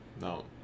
No